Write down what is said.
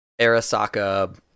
Arasaka